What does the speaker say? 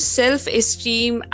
self-esteem